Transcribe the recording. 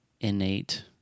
innate